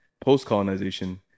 Post-colonization